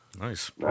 Nice